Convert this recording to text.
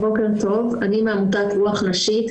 אני מעמותת רוח נשית.